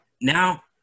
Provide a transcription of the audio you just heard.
Now